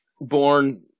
Born